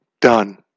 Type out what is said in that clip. Done